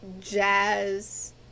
jazz